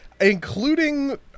including